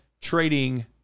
trading